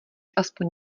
aspoň